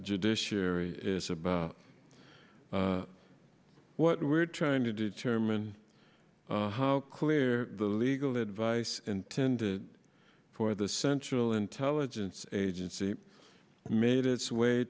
judiciary is about what we're trying to determine how clear the legal advice intended for the central intelligence agency made its way